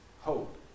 hope